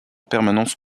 permanence